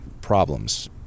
problems